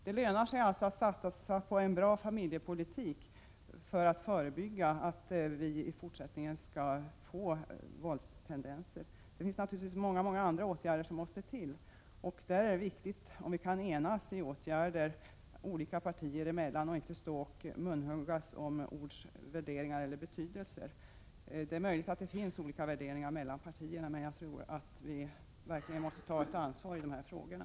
Det lönar sig alltså att satsa på en bra familjepolitik för att förebygga framtida våldstendenser. Det är naturligtvis också många andra åtgärder som måste till. Det är viktigt att vi olika partier emellan kan enas om sådana åtgärder i stället för att munhuggas om ords valörer eller betydelser. Det är möjligt att det också finns olika värderingar partierna emellan, men det viktiga är att vi verkligen tar ett ansvar i de här frågorna.